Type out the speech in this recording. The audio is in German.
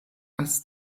als